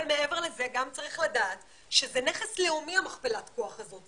אבל מעבר לזה גם צריך לדעת שזה נכס לאומי מכפלת הכוח הזאת,